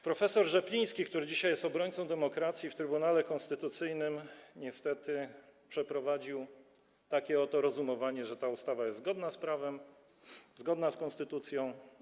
Prof. Rzepliński, który dzisiaj jest obrońcą demokracji, w Trybunale Konstytucyjnym niestety przeprowadził takie oto rozumowanie, że ta ustawa jest zgodna z prawem, zgodna z konstytucją.